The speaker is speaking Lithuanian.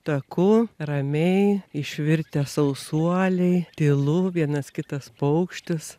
taku ramiai išvirtę sausuoliai tylu vienas kitas paukštis